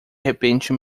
repente